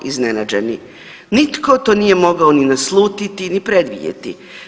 iznenađeni, nitko to nije mogao ni naslutiti ni predvidjeti.